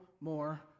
more